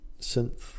synth